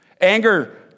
Anger